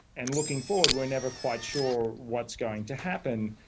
and looking forward we are never quite sure what's going to happen.